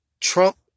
Trump